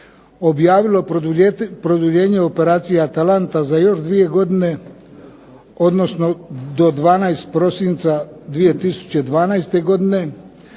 objavilo produljenje operacije "ATALANTA" za još dvije godine, odnosno do 12. prosinca 2012. godine